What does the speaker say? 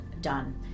done